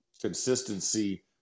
consistency